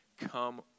come